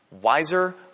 wiser